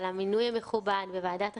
על המינוי המכובד בוועדת החינוך.